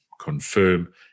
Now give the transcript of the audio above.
confirm